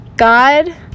God